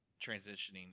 transitioning